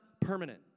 permanent